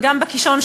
וגם בקישון,